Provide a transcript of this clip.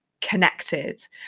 connected